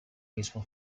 mismo